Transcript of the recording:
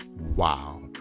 wow